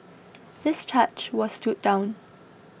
this charge was stood down